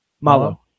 Malo